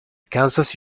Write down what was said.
kansas